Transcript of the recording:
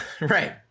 Right